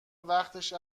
وقتش